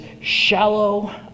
shallow